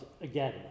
again